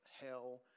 hell